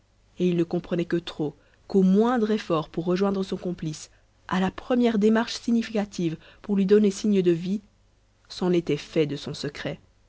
et il ne comprenait que trop qu'au moindre effort pour rejoindre son complice à la première démarche significative pour lui donner signe de vie c'en était fait de son secret